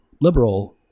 liberal